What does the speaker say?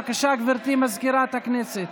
בבקשה, גברתי מזכירת הכנסת.